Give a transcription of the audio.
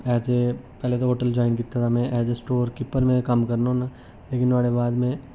as ए पैह्ले ते ओह् होटल जाइन कीते दा में ऐज ए स्टोर कीपर में कम्म करना होन्नां लेकिन नुहाड़े बाद में